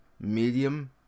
medium